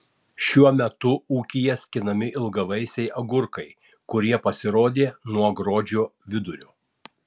šiuo metu ūkyje skinami ilgavaisiai agurkai kurie pasirodė nuo gruodžio vidurio